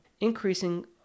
increasing